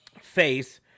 face